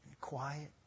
quiet